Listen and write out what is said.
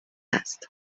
است